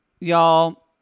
Y'all